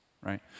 right